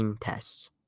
tests